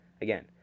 again